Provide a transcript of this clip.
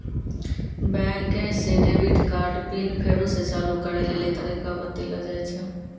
बैंके से debit card PIN फेरु से चालू करै लेली तरीका बतैलो जाय छै